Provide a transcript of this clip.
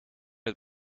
het